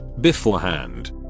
Beforehand